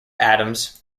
atoms